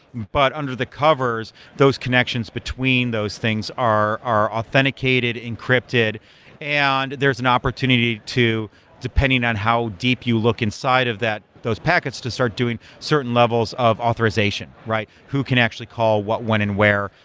but under the covers, those connections between those things are are authenticated, encrypted and there's an opportunity to depending on how deep you look inside of that, those packets to start doing certain levels of authorization. who can actually call what, when and where,